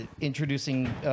introducing